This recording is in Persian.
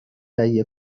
تهیه